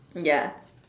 ya